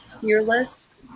fearless